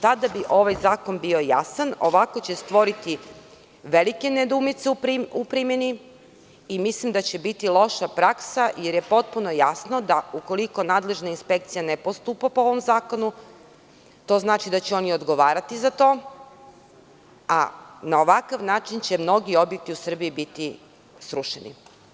Tada bi ovaj zakon bio jasan, a ovako će stvoriti velike nedoumice u primeni i mislim da će biti loša praksa, jer je potpuno jasno da ukoliko nadležna inspekcija ne postupa po ovom zakonu, to znači da će oni odgovarati za to, a na ovakav način će mnogi objekti u Srbiji biti srušeni.